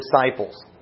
disciples